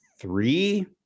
three